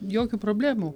jokių problemų